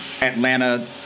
Atlanta